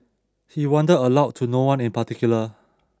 he wondered aloud to no one in particular